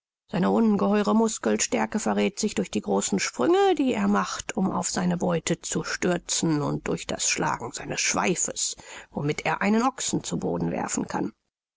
seine ungeheure muskelstärke verräth sich durch die großen sprünge die er macht um auf seine beute zu stürzen und durch das schlagen seines schweifes womit er einen ochsen zu boden werfen kann